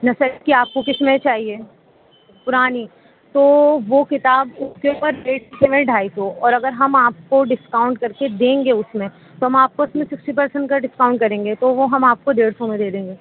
نثر کی آپ کو کس میں چاہیے پرانی تو وہ کتاب کے اوپر ریٹ لکھے ہوئے ہیں ڈھائی سو اور اگر ہم آپ کو ڈسکاؤنٹ کر کے دیں گے اس میں تو ہم آپ کو اس میں سکسٹی پرسنٹ کا ڈسکاؤنٹ کریں گے تو وہ ہم آپ کو ڈیڑھ سو میں دے دیں گے